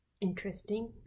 interesting